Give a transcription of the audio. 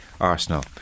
Arsenal